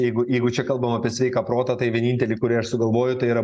jeigu jeigu čia kalbama apie sveiką protą tai vienintelį kurį aš sugalvoju tai yra